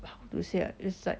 how to say uh is like